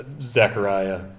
Zechariah